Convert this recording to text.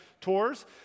tours